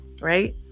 right